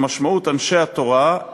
במשמעות אנשי התורה,